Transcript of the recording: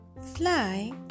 Fly